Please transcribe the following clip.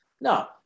No